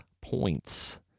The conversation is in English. points